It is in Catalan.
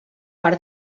per